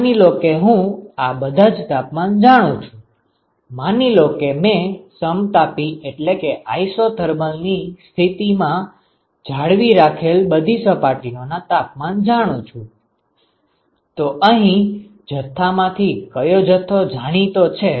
માની લો કે હું બધાજ તાપમાન જાણું છું માની લો કે મેં સમતાપી ની સ્થિતિ માં જાળવી રાખેલ બધી સપાટીઓ ના તાપમાન જાણું છું તો અહીં જથ્થા માથી કયો જથ્થો જાણીતો છે